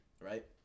right